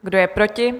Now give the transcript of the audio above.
Kdo je proti?